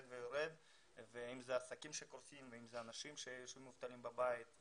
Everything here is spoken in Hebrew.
אם זה עסקים שקורסים או אנשים מובטלים או